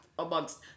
amongst